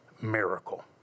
miracle